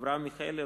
אברהם מיכאלי,